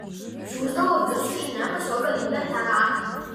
siųsdavo vis su žinia pas jo galybę heraklį